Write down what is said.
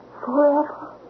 forever